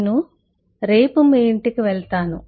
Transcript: నేను రేపు మీ ఇంటికి వెళ్తాను